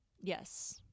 Yes